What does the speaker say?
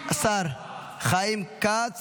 השר חיים כץ